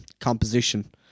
composition